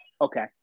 Okay